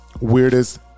weirdest